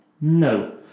No